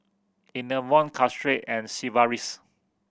Enervon Caltrate and Sigvaris